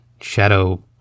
shadow